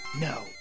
No